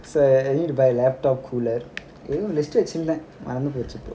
so I need to buy laptop cooler மறந்து போச்சு:maranthu pochu